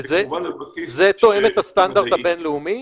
וכמובן על בסיס שהוא מדעי.